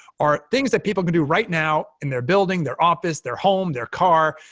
are things that people can do right now in their building, their office, their home, their car,